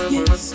Yes